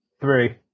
Three